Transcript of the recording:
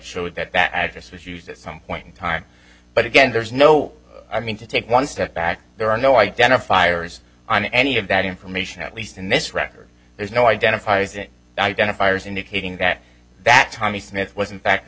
showed that that address was used at some point in time but again there's no i mean to take one step back there are no identifiers on any of that information at least in this record there's no identifies it identifiers indicating that that tommy smith was in fact the